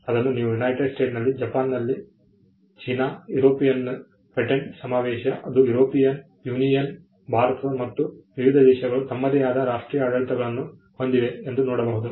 ಅದನ್ನು ನೀವು ಯುನೈಟೆಡ್ ಸ್ಟೇಟ್ಸ್ನಲ್ಲಿ ಜಪಾನ್ ಚೀನಾ ಯುರೋಪಿಯನ್ ಪೇಟೆಂಟ್ ಸಮಾವೇಶ ಅದು ಯುರೋಪಿಯನ್ ಯೂನಿಯನ್ ಭಾರತ ಮತ್ತು ವಿವಿಧ ದೇಶಗಳು ತಮ್ಮದೇ ಆದ ರಾಷ್ಟ್ರೀಯ ಆಡಳಿತಗಳನ್ನು ಹೊಂದಿವೆ ಎಂದು ನೋಡಬಹುದು